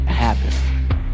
happen